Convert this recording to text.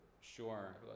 Sure